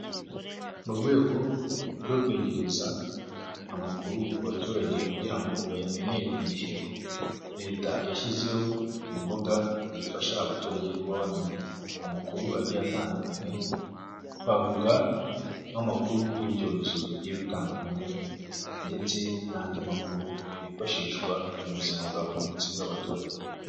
Mu rwego rwo kwegereza amakuru abaturage kugira ngo bayamenyere ku gihe, leta yashyizeho imbuga zifasha abaturage kuba bamenya amakuru agiye atandukanye, twavuga nk'amakuru y'ibyorezo bigiye bitandukanye ndetse n'andi makuru yifashishwa mu buzima bwa buri munsi bw'abaturage.